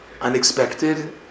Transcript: unexpected